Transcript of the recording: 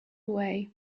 away